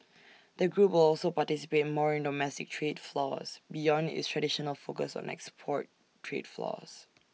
the group will also participate more in domestic trade flows beyond its traditional focus on export trade flows